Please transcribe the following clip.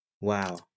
Wow